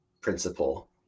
principle